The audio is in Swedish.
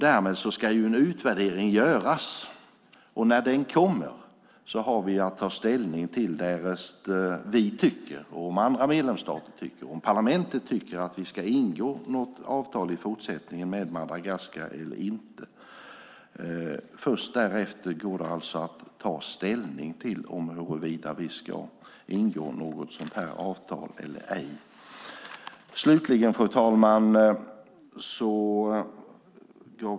Därmed ska en utvärdering göras. När denna kommer har vi att ta ställning till om vi, andra medlemsländer och parlamentet tycker att vi ska ingå ett avtal i fortsättningen med Madagaskar eller inte. Först därefter går det alltså att ta ställning till om vi ska ingå ett avtal eller ej. Fru talman!